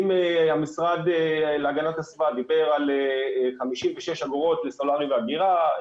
אם המשרד להגנת הסביבה דיבר על 56 אגורות לסולרי ואגירה,